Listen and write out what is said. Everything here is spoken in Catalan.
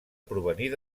provenir